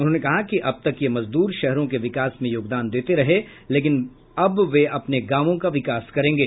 उन्होंने कहा कि अब तक ये मजदूर शहरों के विकास में योगदान देते रहे लेकिन अब वे अपने गांवों का विकास करेंगे